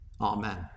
Amen